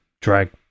drag